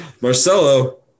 Marcelo